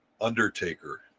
Undertaker